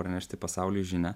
pranešti pasauliui žinią